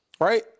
right